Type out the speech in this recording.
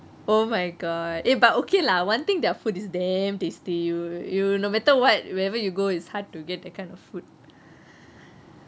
oh my god eh but okay lah one thing their food is damn tasty you you no matter what wherever you go it's hard to get that kind of food